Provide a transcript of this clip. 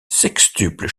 sextuple